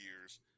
years